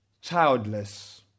childless